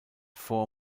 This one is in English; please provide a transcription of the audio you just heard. four